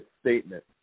statement